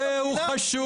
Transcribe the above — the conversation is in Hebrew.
הנושא הוא חשוב.